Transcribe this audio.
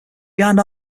behind